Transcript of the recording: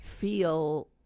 feel